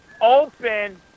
open